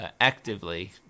actively